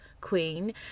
Queen